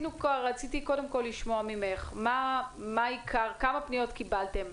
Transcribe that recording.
רציתי לשמוע ממך כמה פניות קיבלתם,